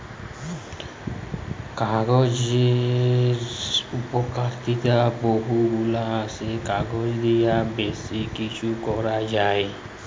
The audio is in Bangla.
কাগজের উপকারিতা বহু গুলা আসে, কাগজ দিয়ে বেশি কিছু করা যায়